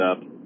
up